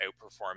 outperform